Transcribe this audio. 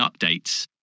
updates